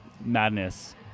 Madness